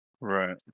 right